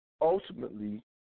ultimately